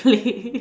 play